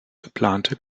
geplante